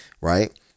right